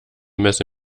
messe